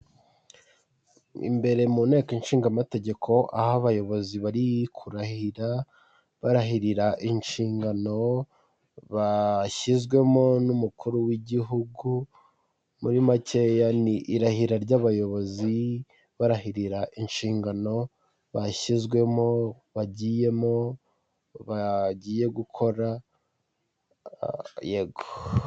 Imbere mu nteko ishingamategeko aho abayobozi bari kurahira barahirira inshingano bashyizwemo n'umukuru w'igihugu, muri makeya ni irahira ry'abayobozi barahirira inshingano bashyizwemo, bagiyemo bagiye gukora yego.